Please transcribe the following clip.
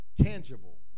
tangible